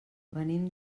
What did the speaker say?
venim